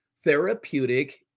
therapeutic